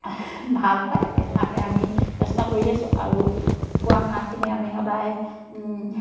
ভাল হয় এই তাকে আমি চেষ্টা কৰি আছো আৰু কুকুৰা হাঁহখিনি আমি সদায়